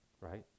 Right